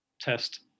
test